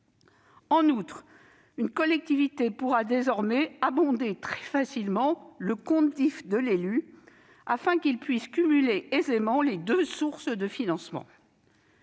En outre, une collectivité pourra désormais abonder très facilement le compte DIFE de l'élu, afin qu'il puisse cumuler aisément les deux sources de financement.